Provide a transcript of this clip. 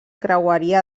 creueria